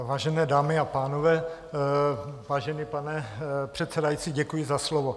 Vážené dámy a pánové, vážený pane předsedající, děkuji za slovo.